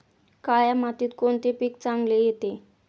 काळ्या मातीत कोणते पीक चांगले येते?